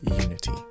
unity